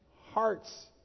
hearts